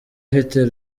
ufite